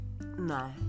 No